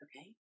Okay